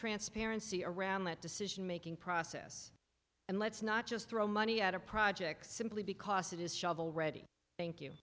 transparency around that decision making process and let's not just throw money at a project simply because it is shovel ready thank you